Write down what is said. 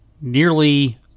nearly